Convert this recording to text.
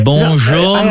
Bonjour